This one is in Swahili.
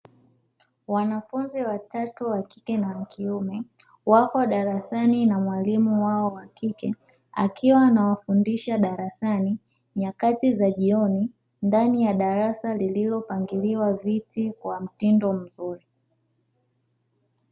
Wanafunzi watatu wakike na wakiume, wako darasani na mwalimu wao wa kike, akiwa anawafundisha darasani nyakati za jioni, ndani ya darasa lililopangiliwa viti kwa mtindo mzuri.